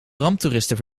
ramptoeristen